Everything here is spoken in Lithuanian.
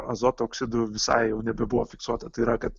azoto oksidų visai jau nebebuvo fiksuota tai yra kad